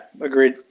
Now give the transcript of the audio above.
Agreed